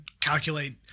calculate